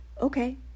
okay